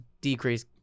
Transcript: decrease